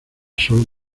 sol